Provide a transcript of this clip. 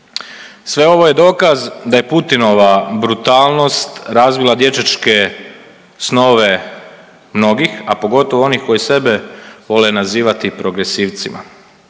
Sve ovo je dokaz da je Putinova brutalno razbila dječačke snove mnogih, a pogotovo onih koji sebe vole nazivati progresivcima.